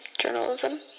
journalism